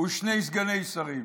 ושני סגני שרים.